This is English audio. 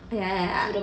ya ya